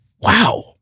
Wow